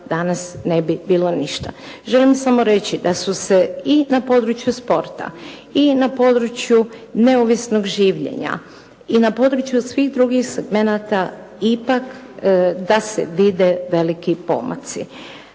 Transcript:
medalja ne bi bilo ništa. Želim samo reći da su se i na području sporta i na području neovisnog življenja i na području svih drugih segmenata ipak da se vide veliki pomaci.